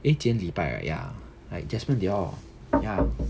eh 今天礼拜 right ya like jasmond they all